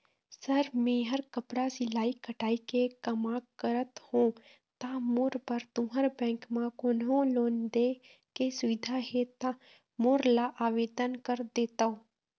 Sir मेहर कपड़ा सिलाई कटाई के कमा करत हों ता मोर बर तुंहर बैंक म कोन्हों लोन दे के सुविधा हे ता मोर ला आवेदन कर देतव?